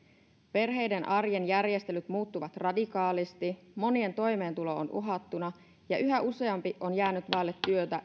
perheiden arjen järjestelyt muuttuvat radikaalisti monien toimeentulo on uhattuna ja yhä useampi on jäänyt vaille työtä